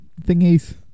thingies